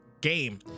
game